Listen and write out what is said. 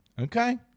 Okay